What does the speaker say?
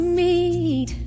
meet